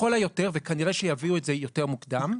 לכל היותר, וכנראה שיביאו את זה יותר מוקדם,